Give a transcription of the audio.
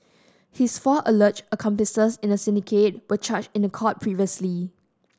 his four alleged accomplices in the syndicate were charged in court previously